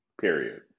period